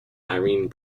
irene